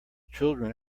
children